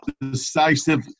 decisive